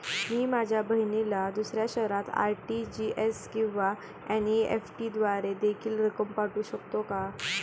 मी माझ्या बहिणीला दुसऱ्या शहरात आर.टी.जी.एस किंवा एन.इ.एफ.टी द्वारे देखील रक्कम पाठवू शकतो का?